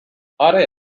آره